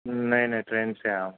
نہیں نہیں ٹرین سے آیا ہوں